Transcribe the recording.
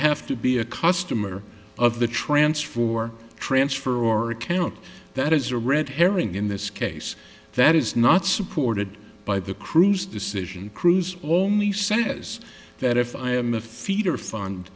have to be a customer of the transfer or transfer or account that is a red herring in this case that is not supported by the cruise decision cruise only says that if i am a feeder fund